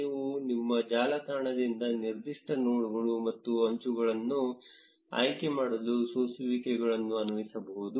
ನೀವು ನಿಮ್ಮ ಜಾಲತಾಣನಿಂದ ನಿರ್ದಿಷ್ಟ ನೋಡ್ಗಳು ಮತ್ತು ಅಂಚುಗಳನ್ನು ಆಯ್ಕೆ ಮಾಡಲು ಸೋಸುವಿಕೆಗಳನ್ನು ಅನ್ವಯಿಸಬಹುದು